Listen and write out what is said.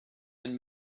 and